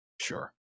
Sure